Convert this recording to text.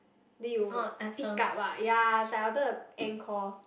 then you will pick up ah ya I was like I wanted to end call